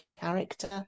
character